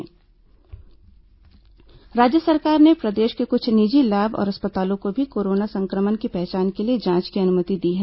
corona जांच राज्य सरकार ने प्रदेश के कृछ निजी लैब और अस्पतालों को भी कोरोना संक्रमण की पहचान के लिए जांच की अनुमति दी है